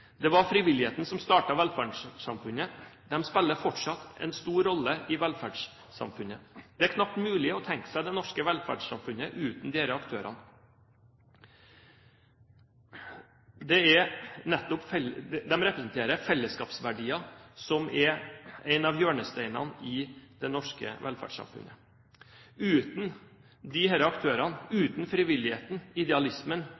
Det var frivilligheten som startet velferdssamfunnet, og de spiller fortsatt en stor rolle i velferdssamfunnet. Det er knapt mulig å tenke seg det norske velferdssamfunnet uten disse aktørene. De representerer fellesskapsverdier som er en av hjørnesteinene i det norske velferdssamfunnet. Uten disse aktørene, uten frivilligheten og idealismen som ligger bak disse aktørene,